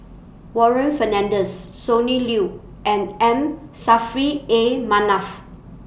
Warren Fernandez Sonny Liew and M Saffri A Manaf